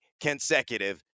consecutive